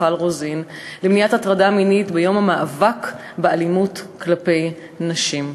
מיכל רוזין למניעת הטרדה מינית ביום המאבק באלימות כלפי נשים.